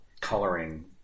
coloring